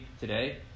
today